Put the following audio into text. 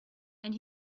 and